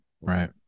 Right